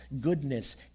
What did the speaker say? goodness